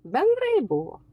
bendrai buvo